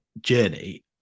journey